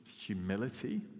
humility